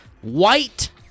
white